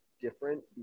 different